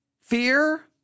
Fear